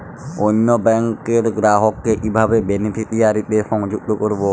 অন্য ব্যাংক র গ্রাহক কে কিভাবে বেনিফিসিয়ারি তে সংযুক্ত করবো?